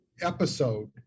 episode